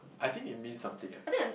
I think it means something eh